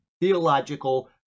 theological